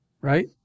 Right